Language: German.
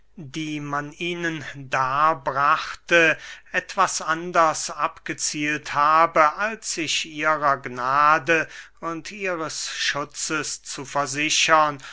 die man ihnen darbrachte etwas anders abgezielt habe als sich ihrer gnade und ihres schutzes zu versichern